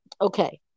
okay